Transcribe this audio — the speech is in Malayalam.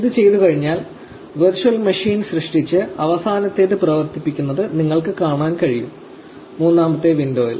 ഇത് ചെയ്തുകഴിഞ്ഞാൽ വെർച്വൽ മെഷീൻ സൃഷ്ടിച്ച് അവസാനത്തേത് പ്രവർത്തിപ്പിക്കുന്നത് നിങ്ങൾക്ക് കാണാൻ കഴിയും മൂന്നാമത്തേ വിൻഡോയിൽ